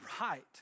right